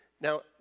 Now